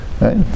Right